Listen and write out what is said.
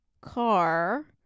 car